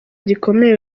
gikomeye